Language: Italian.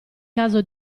caso